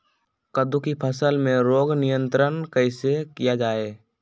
कददु की फसल में रोग नियंत्रण कैसे किया जाए?